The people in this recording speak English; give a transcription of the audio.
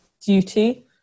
duty